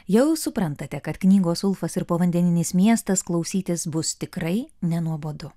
jau suprantate kad knygos ulfas ir povandeninis miestas klausytis bus tikrai nenuobodu